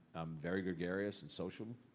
i'm very gregarious and sociable.